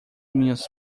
minhas